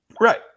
Right